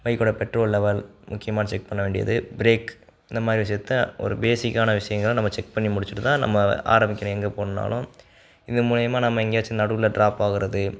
பைக்கோடய petrol level முக்கியமாக check பண்ண வேண்டியது ப்ரேக் இந்த மாதிரி விஷயத்தை ஒரு பேசிக்கான விஷயங்களை நம்ம செக் பண்ணி முடிச்சுட்டு தான் நம்ம ஆரம்பிக்கணும் எங்கே போகணுன்னாலும் இது மூலிமா நம்ம எங்கேயாச்சும் நடுவில் ட்ராப் ஆகுறது